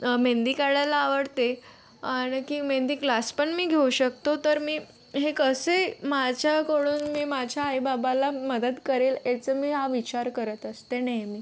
मेंदी काढायला आवडते आणखी मेंदी क्लासपण मी घेऊ शकतो तर मी हे कसे माझ्याकडून मी माझ्या आईबाबाला मदत करेल याचा मी हा विचार करत असते नेहमी